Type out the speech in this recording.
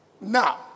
Now